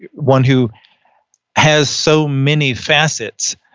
one who has so many facets,